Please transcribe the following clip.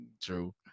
true